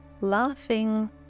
laughing